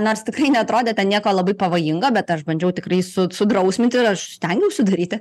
nors tikrai neatrodė ten nieko labai pavojingo bet aš bandžiau tikrai su sudrausminti ir aš stengiausi daryti